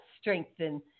strengthen